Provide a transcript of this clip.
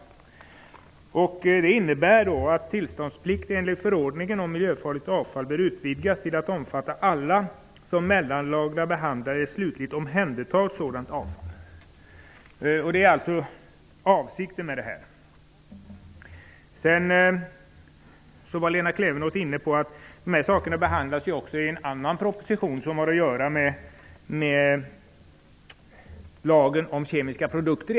Det innebär att tillståndsplikt enligt förordningen om miljöfarligt avfall bör utvidgas till att omfatta alla som mellanlagrar, behandlar eller slutligt omhändertar sådant avfall. Detta är avsikten. Lena Klevenås var inne på att dessa frågor också behandlas i en annan proposition som egentligen gäller lagen om kemiska produkter.